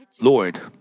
Lord